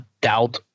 doubt